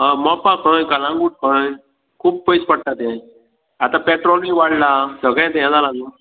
मोपा खंय कलांगूट खंय खूप पयस पडटा तें आतां पॅट्रॉल बी वाडलां सगळेंच हें जालां न्हय